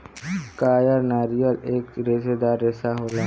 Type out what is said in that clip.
कायर नारियल एक रेसेदार रेसा होला